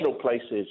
places